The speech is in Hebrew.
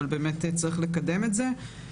אבל באמת צריך לקדם את זה.